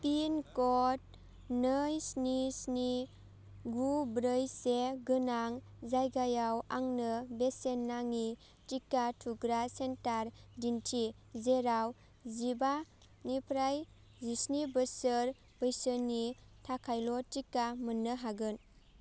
pin code नै स्नि स्नि गु ब्रै से गोनां जायगायाव आंनो बेसेन नाङि टिका थुग्रा सेन्टार दिन्थि जेराव जिबा निफ्राय जिस्नि बोसोर बैसोनि थाखायल' टिका मोननो हागोन